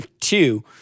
Two